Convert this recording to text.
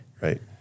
Right